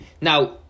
Now